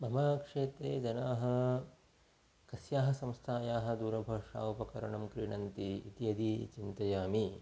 मम क्षेत्रे जनाः कस्याः संस्थायाः दूरभाषा उपकरणं क्रीणन्ति इति यदि चिन्तयामि